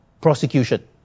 prosecution